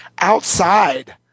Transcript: outside